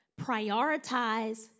prioritize